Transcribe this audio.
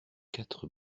quatre